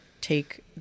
take